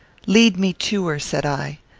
lead me to her, said i.